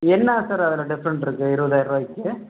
என்ன சார் அதில் டிஃப்ரெண்ட் இருக்குது இருபதாய ரூபாய்க்கி